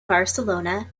barcelona